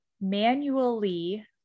manually